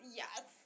yes